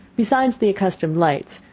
beside the accustomed lights,